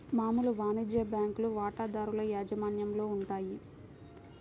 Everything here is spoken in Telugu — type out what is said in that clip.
మామూలు వాణిజ్య బ్యాంకులు వాటాదారుల యాజమాన్యంలో ఉంటాయి